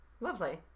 lovely